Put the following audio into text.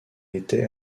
était